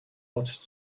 ought